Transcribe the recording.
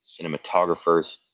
cinematographers